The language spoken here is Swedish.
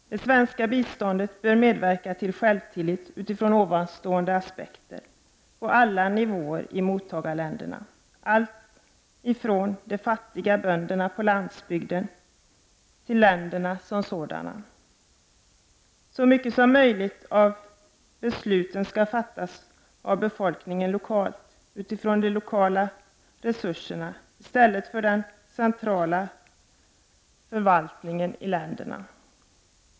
Det svenska biståndet bör medverka till självtillit, utifrån nämnda aspekter, på alla nivåer i mottagarländerna, alltifrån de fattiga bönderna på landsbygden till länderna som sådana. Så mycket som möjligt av besluten skall fattas av befolkningen lokalt, utifrån de lokala resurserna, i stället för av den centrala förvaltningen i länderna.